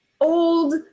old